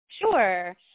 Sure